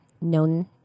known